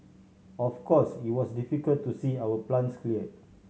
of course it was difficult to see our plants clear